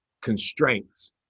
constraints